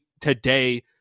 today –